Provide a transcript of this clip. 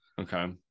okay